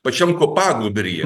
pačiam kopagūbryje